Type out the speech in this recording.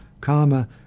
karma